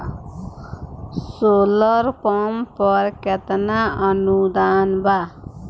Solar pump पर केतना अनुदान बा?